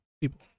people